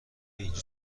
اینجا